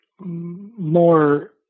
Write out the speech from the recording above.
more